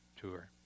tour